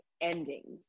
endings